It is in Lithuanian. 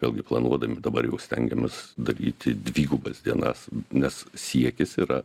vėlgi planuodami dabar jau stengiamės daryti dvigubas dienas nes siekis yra